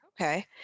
Okay